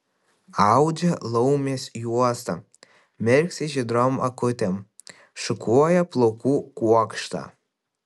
audžia laumės juostą mirksi žydrom akutėm šukuoja plaukų kuokštą